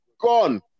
gone